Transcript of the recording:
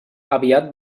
aviat